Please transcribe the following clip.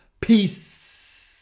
Peace